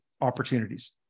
opportunities